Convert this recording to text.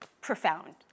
profound